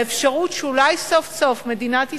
האפשרות שאולי סוף-סוף מדינת ישראל,